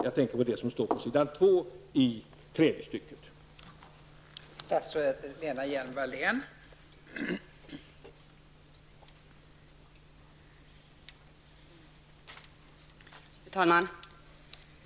Jag tänker på det som står på s. 2 i tredje stycket i det skrivna svaret.